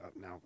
Now